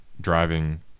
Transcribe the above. driving